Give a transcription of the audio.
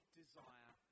desire